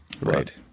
Right